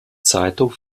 zeitung